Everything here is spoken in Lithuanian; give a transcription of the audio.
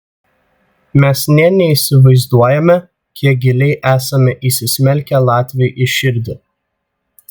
mes nė neįsivaizduojame kiek giliai esame įsismelkę latviui į širdį